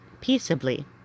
peaceably